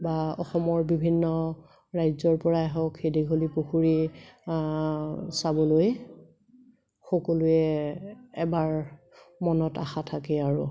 বা অসমৰ বিভিন্ন ৰাজ্যৰ পৰাই হওক সেই দীঘলী পুখুৰী চাবলৈ সকলোৱে এবাৰ মনত আশা থাকে আৰু